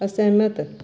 ਅਸਹਿਮਤ